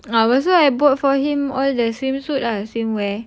oh so I bought for him all the swimsuit ah swimwear